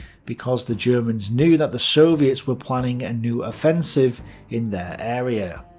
because the germans knew that the soviets were planning a new offensive in their area.